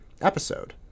episode